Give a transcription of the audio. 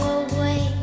away